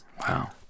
Wow